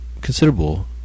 considerable